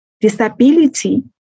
Disability